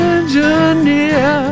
Engineer